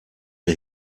der